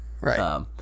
right